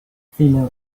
female